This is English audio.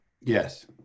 yes